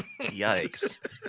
Yikes